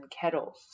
kettles